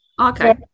Okay